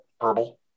Herbal